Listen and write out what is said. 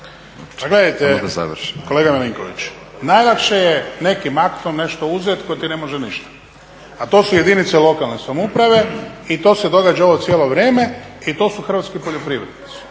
Pa gledajte, kolega …, najlakše je nekim aktom nešto uzeti tko ti ne može ništa, a to su jedinice lokalne samouprave i to se događa ovo cijelo vrijeme i to su hrvatski poljoprivrednici